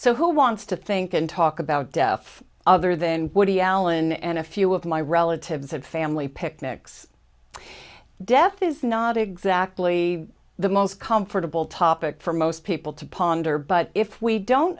so who wants to think and talk about deaf other than woody allen and a few of my relatives have family picnics death is not exactly the most comfortable topic for most people to ponder but if we don't